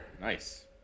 Nice